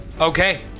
Okay